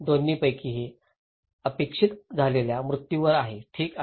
दोन्हीपैकी हे अपेक्षेने झालेल्या मृत्यूवर आहे ठीक आहे